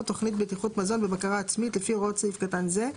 תכנית בטיחות מזון בבקרה עצמית לפי הוראות סעיף קטן זה.